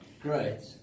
Great